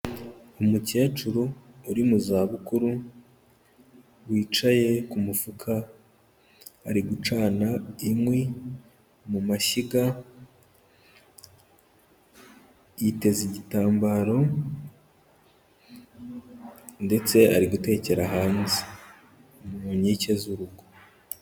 Umukecuru uri mu za bukuru, wicaye ku mufuka, ari gucana inkwi ku mashyiga, yiteze igitambaro ndetse ari gutekera hanze mu nkike z'urugo.